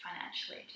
financially